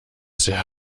sehr